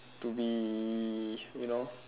to be you know